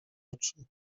oczy